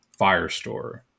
Firestore